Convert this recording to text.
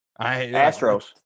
Astros